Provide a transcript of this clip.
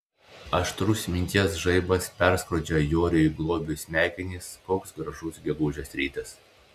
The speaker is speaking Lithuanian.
aštrus minties žaibas perskrodžia joriui globiui smegenis koks gražus gegužės rytas